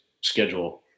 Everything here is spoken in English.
schedule